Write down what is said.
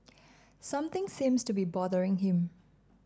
something seems to be bothering him